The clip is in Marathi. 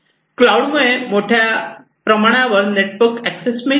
क्लाऊड मुळे मोठ्या प्रमाणावर नेटवर्क एक्सेस मिळतो